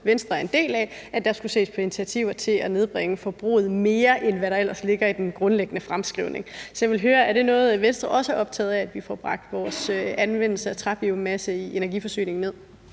Venstre er en del af, at der skulle ses på initiativer til at nedbringe forbruget mere, end hvad der ellers ligger i den grundlæggende fremskrivning. Så jeg vil høre, om det er noget, Venstre også er optaget af, altså at vi får bragt vores anvendelse af træbiomasse i energiforsyningen ned.